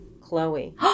Chloe